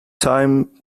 time